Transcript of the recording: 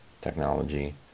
technology